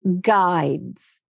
guides